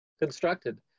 constructed